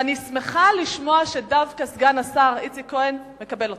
ואני שמחה לשמוע שדווקא סגן השר איציק כהן מקבל אותן,